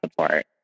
support